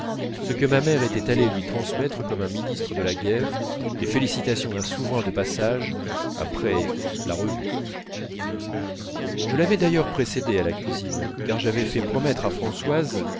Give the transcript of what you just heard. ce que ma mère était allée lui transmettre comme un ministre de la guerre les félicitations d'un souverain de passage après la revue je l'avais d'ailleurs précédée à la cuisine car j'avais fait promettre à françoise